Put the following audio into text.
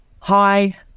hi